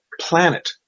planet